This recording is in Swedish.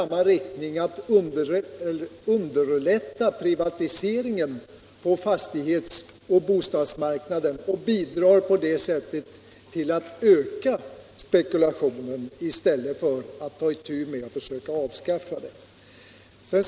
Man underlättar privatiseringen på bostadsmarknaden och bidrar därigenom till att öka spekulationen i stället för att ta itu med att försöka avskaffa den.